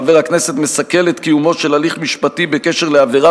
חבר הכנסת מסכל את קיומו של הליך משפטי בקשר לעבירה